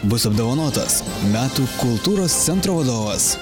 bus apdovanotas metų kultūros centro vadovas